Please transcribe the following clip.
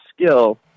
skill